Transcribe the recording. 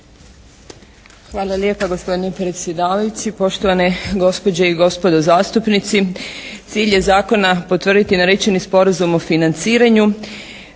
Hvala lijepa gospodine predsjedavajući. Poštovane gospođe i gospodo zastupnici. Cilj je zakona potvrditi narečeni Sporazum o financiranju